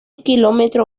kilómetro